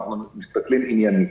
אנחנו מסתכלים עניינית.